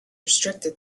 restricted